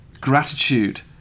Gratitude